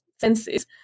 senses